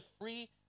free